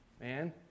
man